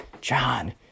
John